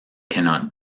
cannot